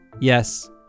Yes